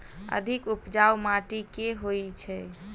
अधिक उपजाउ माटि केँ होइ छै?